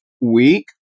week